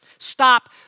stop